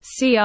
CR